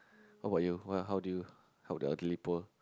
how about you what how do you help the elderly poor